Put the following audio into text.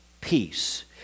peace